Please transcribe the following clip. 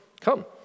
come